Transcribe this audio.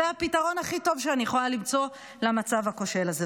זה הפתרון הכי טוב שאני יכולה למצוא למצב הכושל הזה.